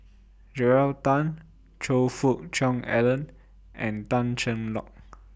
Joel Tan Choe Fook Cheong Alan and Tan Cheng Lock